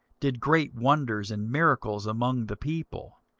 did great wonders and miracles among the people.